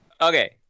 Okay